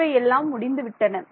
மற்றவை எல்லாம் முடிந்துவிட்டன